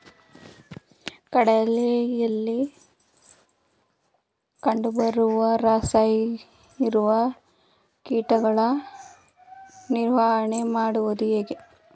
ಕಡಲೆಯಲ್ಲಿ ಕಂಡುಬರುವ ರಸಹೀರುವ ಕೀಟಗಳ ನಿವಾರಣೆ ಮಾಡುವುದು ಹೇಗೆ?